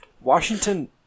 Washington